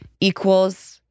equals